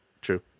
True